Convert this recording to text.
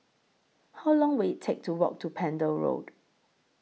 How Long Will IT Take to Walk to Pender Road